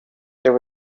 there